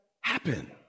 happen